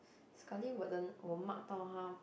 sekali wasn't 我 mark 到它